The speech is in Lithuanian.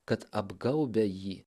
kad apgaubia jį